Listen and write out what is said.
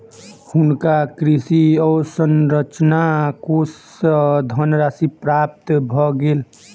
हुनका कृषि अवसंरचना कोष सँ धनराशि प्राप्त भ गेल